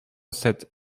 sept